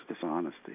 dishonesty